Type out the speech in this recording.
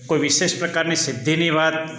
કોઈ વીશેષ પ્રકારની સિદ્ધિની વાત